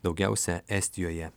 daugiausia estijoje